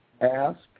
ask